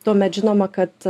tuomet žinoma kad